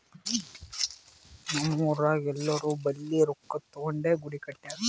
ನಮ್ ಊರಾಗ್ ಎಲ್ಲೋರ್ ಬಲ್ಲಿ ರೊಕ್ಕಾ ತಗೊಂಡೇ ಗುಡಿ ಕಟ್ಸ್ಯಾರ್